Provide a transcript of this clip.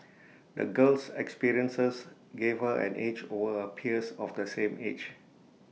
the girl's experiences gave her an edge over her peers of the same age